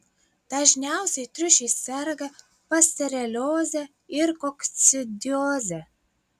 dažniausiai triušiai serga pasterelioze ir kokcidioze